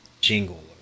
jingle